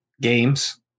games